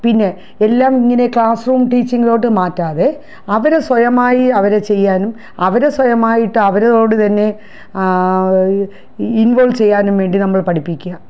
പിന്നെ എല്ലാം ഇങ്ങനെ ക്ലാസ് റൂം ടീച്ചിങ്ങിലോട്ട് മാറ്റാതെ അവരെ സ്വയമായി അവരെ ചെയ്യാനും അവരെ സ്വയം ആയിട്ട് അവരോട് തന്നെ ഇൻവോൾവ് ചെയ്യാനും വേണ്ടി നമ്മൾ പഠിപ്പിക്കുക